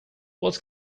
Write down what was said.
what